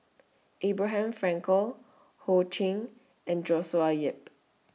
Abraham Frankel Ho Ching and Joshua Ip